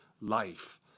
life